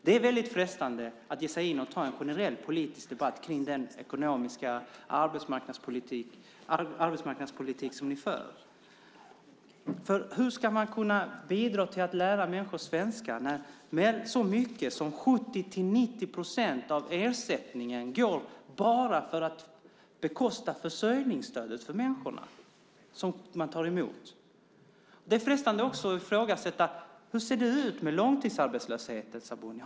Det är väldigt frestande att ge sig in och ta en generell politisk debatt om den arbetsmarknadspolitik som ni för. Hur ska man kunna bidra till att lära människor svenska när så mycket som 70-90 procent av ersättning bara går till att bekosta försörjningsstödet för de människor som man tar emot? Det är också frestande att ifrågasätta hur det ser ut med långtidsarbetslösheten, Sabuni.